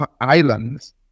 islands